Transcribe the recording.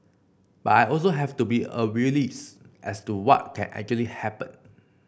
but I also have to be a realist as to what can actually happen